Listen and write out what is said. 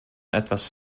etwas